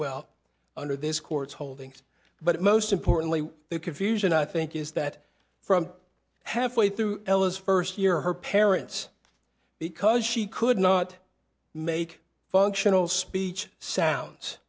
well under this court's holdings but most importantly their confusion i think is that from halfway through ellis first year her parents because she could not make functional speech sounds